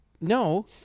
No